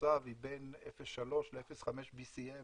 שתוסב היא בין 0.3 ל-0.5 BCM